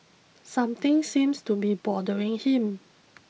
something seems to be bothering him